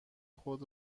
خود